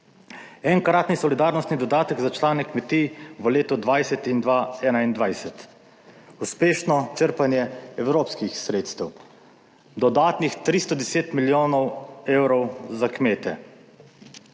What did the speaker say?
Enkratni solidarnostni dodatek za člane kmetij v letu 2020 in 2021. Uspešno črpanje evropskih sredstev. Dodatnih 310 milijonov evrov za kmete.